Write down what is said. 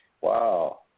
wow